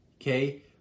okay